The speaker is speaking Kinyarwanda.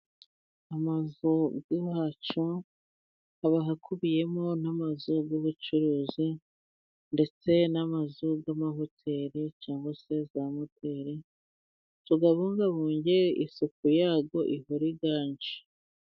Amazu yacu aba akubiyemo n'amazu y'ubucuruzi ndetse n'amazu y'amahoteri cyangwa se za moteri, tugabungabunge isuku yabyo ihore iganje.